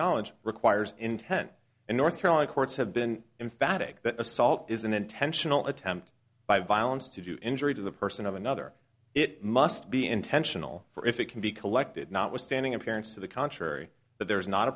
knowledge requires intent and north carolina courts have been emphatic that assault is an intentional attempt by violence to do injury to the person of another it must be intentional for if it can be collected notwithstanding appearance to the contrary that there is not a